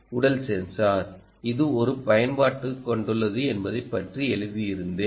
உடல் சென்சார் இது ஒரு பயன்பாட்டைக் கொண்டுள்ளது என்பதைப் பற்றி எழுதியிருந்தேன்